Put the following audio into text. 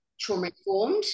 trauma-informed